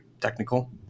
technical